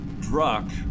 Druck